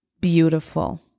beautiful